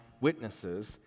witnesses